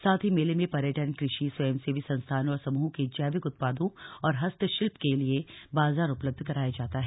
साथ ही मेले में पर्यटन कृषि स्वयंसेवी संस्थानों और समूहों के जैविक उत्पादों और हस्तशिल्प के लिए बाजार उपलब्ध कराया जाता है